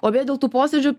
o beje dėl tų posėdžių